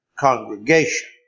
congregation